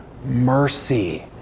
mercy